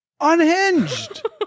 Unhinged